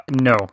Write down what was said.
No